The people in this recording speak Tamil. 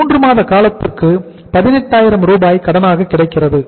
3 மாத காலத்திற்கு 18000 ரூபாய் கடனாக கிடைக்கிறது